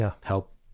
help